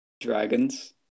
Dragons